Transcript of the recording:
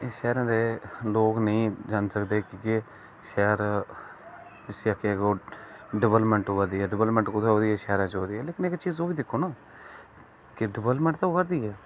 शैहरे दे लोक नेईं जानी सकदे कि के शैह्र जिसी आक्खदे डेबलमेंट होआ दी ऐ डेबेलमेंट होआ दी ऐ शैह्रें च होआ दी ऐ इक चीज ओह् बी दिक्खो ना डिवेलमेंट ते होआ दी ऐ